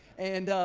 and